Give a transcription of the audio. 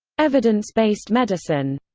evidence-based medicine